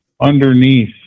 underneath